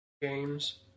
games